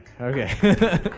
Okay